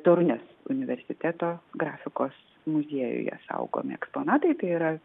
torunės universiteto grafikos muziejuje saugomi eksponatai tai yra